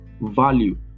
value